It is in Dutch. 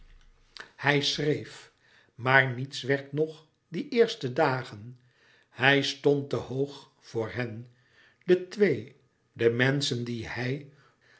hij schreef maar niets werd nog die eerste dagen hij stond te hoog voor louis couperus metamorfoze hen de twee de menschen die hij